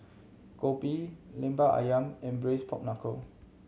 kopi Lemper Ayam and Braised Pork Knuckle